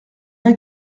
bien